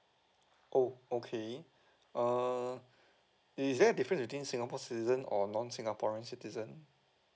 oh okay err is there a difference between singapore citizen or non singaporean citizen